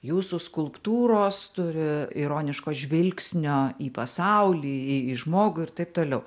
jūsų skulptūros turi ironiško žvilgsnio į pasaulį į žmogų ir taip toliau